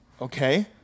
Okay